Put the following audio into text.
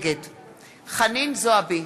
נגד חנין זועבי,